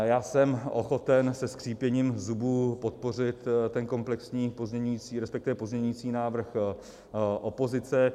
Já jsem ochoten se skřípěním zubů podpořit ten komplexní pozměňující, resp. pozměňující návrh opozice.